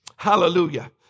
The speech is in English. Hallelujah